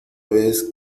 vez